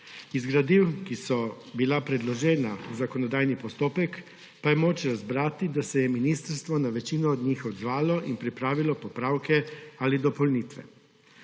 Iz gradiv, ki so bila predložena v zakonodajni postopek, pa je moč razbrati, da se je ministrstvo na večino od njih odzvalo in pripravilo popravke ali dopolnitve.